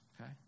okay